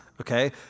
okay